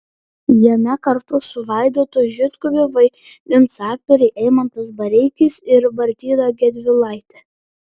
jame kartu su vaidotu žitkumi vaidins aktoriai eimantas bareikis ir martyna gedvilaitė